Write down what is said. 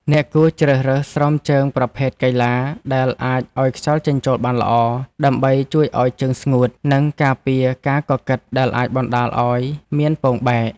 អ្នកគួរជ្រើសរើសស្រោមជើងប្រភេទកីឡាដែលអាចឱ្យខ្យល់ចេញចូលបានល្អ ដើម្បីជួយឱ្យជើងស្ងួត និងការពារការកកិតដែលអាចបណ្ដាលឱ្យមានពងបែក។